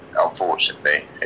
unfortunately